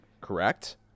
correct